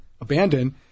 abandoned